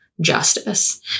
justice